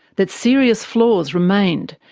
that serious flaws remained,